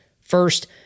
First